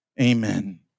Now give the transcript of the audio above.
Amen